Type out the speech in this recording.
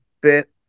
bit